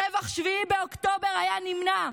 טבח 7 באוקטובר היה נמנע.